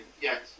yes